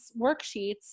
worksheets